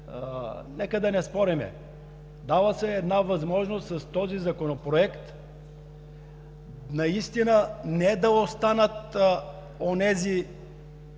нека да не спорим. Дава се една възможност с този законопроект наистина не да останат онези,